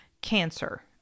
cancer